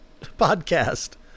podcast